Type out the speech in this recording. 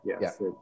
Yes